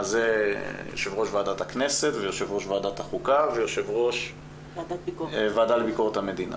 אז יו"ר ועדת הכנסת ויו"ר ועדת החוקה ויו"ר הוועדה לביקורת המדינה,